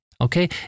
Okay